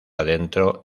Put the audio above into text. adentro